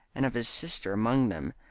and of his sister among them,